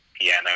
piano